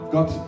God